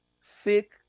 fake